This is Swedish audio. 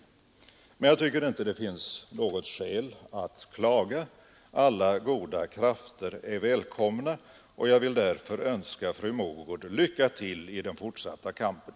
Men jag tycker inte det finns något skäl att klaga. Alla goda krafter är välkomna, och jag vill därför önska fru Mogård lycka till i den fortsatta kampen.